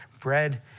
bread